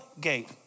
gate